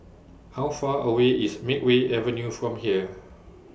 How Far away IS Makeway Avenue from here